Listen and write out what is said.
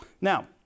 Now